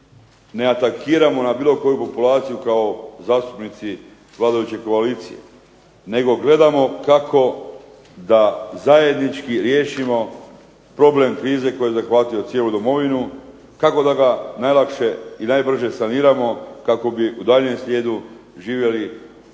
ne atakiramo na bilo koju populaciju kao zastupnici vladajuće koalicije, nego gledamo kako da zajednički riješimo problem krize koji je zahvatio cijelu domovinu, kako da ga najlakše i najbrže saniramo kako bi u daljnjem slijedu živjeli bogato i